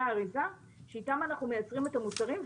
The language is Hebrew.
האריזה שאיתם אנחנו מייצרים את המוצרים,